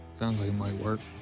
sounds like it might work.